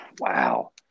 Wow